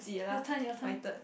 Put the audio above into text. your turn your turn